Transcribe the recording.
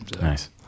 Nice